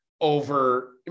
over